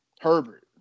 Herbert